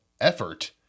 effort